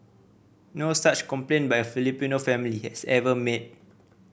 no such complaint by Filipino family has ever made